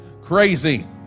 crazy